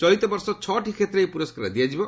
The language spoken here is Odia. ଚଳିତ ବର୍ଷ ଛ'ଟି କ୍ଷେତ୍ରରେ ଏହି ପ୍ରରସ୍କାର ଦିଆଯିବ